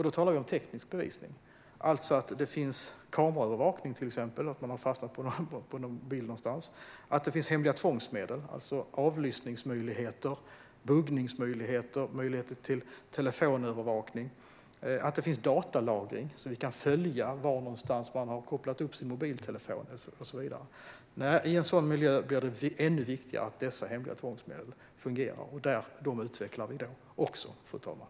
Då talar vi om teknisk bevisning - alltså att det finns till exempel kameraövervakning så att brottet har fastnat på bild någonstans - och hemliga tvångsmedel, alltså att det finns avlyssningsmöjligheter, buggningsmöjligheter och möjligheter till telefonövervakning samt datalagring så att vi kan följa var någonstans man har kopplat upp sin mobiltelefon och så vidare. I en sådan miljö blir det ännu viktigare att dessa hemliga tvångsmedel fungerar. Dem utvecklar vi också, fru talman.